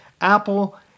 Apple